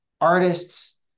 Artists